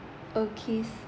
okay